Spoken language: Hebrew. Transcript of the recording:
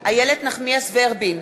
איילת נחמיאס ורבין,